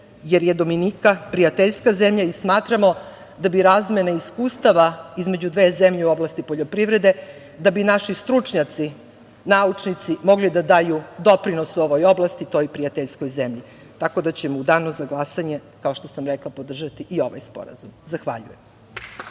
jer je Dominika prijateljska zemlja i smatramo da bi razmena iskustava između dve zemlje u oblasti poljoprivrede, da bi naši stručnjaci, naučnici mogli da daju doprinos u ovoj oblasti toj prijateljskoj zemlji. Tako da ćemo u danu za glasanje, kao što sam rekla, podržati ovaj sporazum. Zahvaljujem.